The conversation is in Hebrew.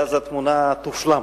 ואז התמונה תושלם.